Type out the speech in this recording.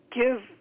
give